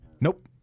Nope